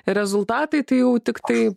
rezultatai tai jau tiktai